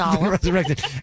Resurrected